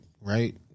Right